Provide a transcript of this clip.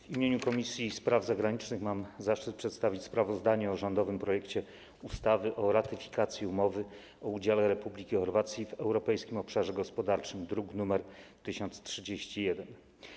W imieniu Komisji Spraw Zagranicznych mam zaszczyt przedstawić sprawozdanie o rządowym projekcie ustawy o ratyfikacji umowy o udziale Republiki Chorwacji w Europejskim Obszarze Gospodarczym, druk nr 1031.